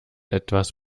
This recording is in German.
etwas